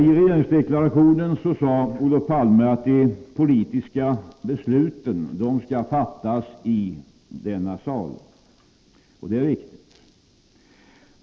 I regeringsdeklarationen sade Palme att de politiska besluten skall fattas i denna sal. Det är riktigt.